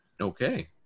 Okay